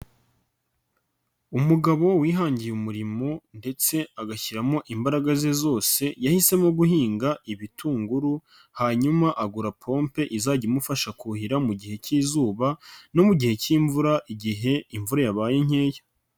Umugabo wihangiye umurimo ndetse agashyiramo imbaraga ze zose, yahisemo guhinga ibitunguru hanyuma agura pompe izajya imufasha kuhira mu gihe k'izuba, no mu gihe k'imvura igihe imvura yabaye nkeya.